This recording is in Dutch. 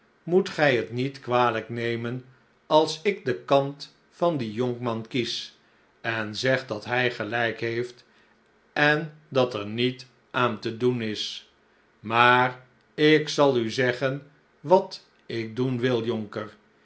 moet gij het niet kwalijk nemen als ik den kant van dien jonkman kies en zeg dat hi gelijk heeft en dat er niet aan te doen is maar ik zal u zeggen wat ik doen wil jonker